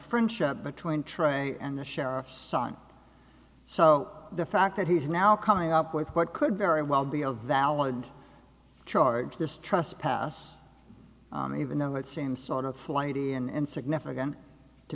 friendship between trey and the sheriff's son so the fact that he's now coming up with what could very well be a valid charge this trust pass even though it seems sort of flighty and significant to